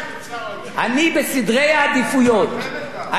בסדר העדיפויות אם לעשות דבר שאני לא